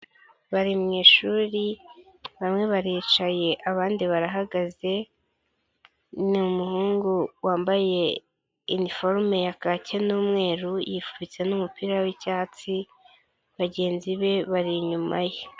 Bari mu ishuri bamwe baricaye abandi barahagaze, ni umuhungu wambaye iniforume ya kaki n'umweru yifubitse n'umupira w'icyatsi, bagenzi be bari inyuma ye.